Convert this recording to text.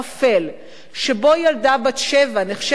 שבו ילדה בת שבע נחשבת לא צנועה,